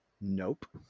nope